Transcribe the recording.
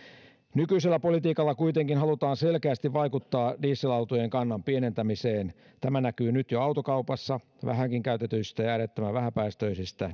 nykyisellä politiikalla kuitenkin halutaan selkeästi vaikuttaa dieselautojen kannan pienentämiseen tämä näkyy nyt jo autokaupassa vähänkin käytetyistä ja äärettömän vähäpäästöisistä